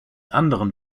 anderen